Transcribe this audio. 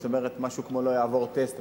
זאת אומרת משהו כמו "לא יעבור טסט",